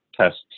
tests